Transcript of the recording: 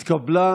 נתקבל.